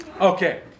Okay